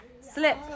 Slip